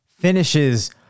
finishes